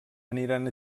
aniran